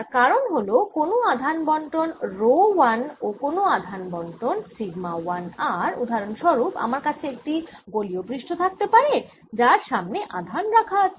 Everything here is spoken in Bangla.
যার কারণ হল কোনও আধান বণ্টন রো 1 ও কোনও আধান বণ্টন সিগমা 1 r উদাহরন স্বরূপ আমার কাছে একটি গোলীয় পৃষ্ঠ থাকতে পারে যার সামনে আধান রাখা আছে